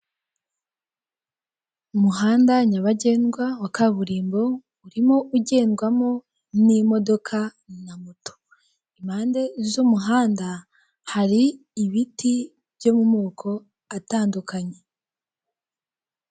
Umuhanda nyabagendwa wa kaburimbo urimo ugendwamo n'imodoka na moto, impande z'umuhanda hari ibiti byo mu moko atandukanye.